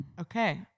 okay